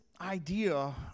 idea